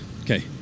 okay